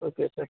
okay thank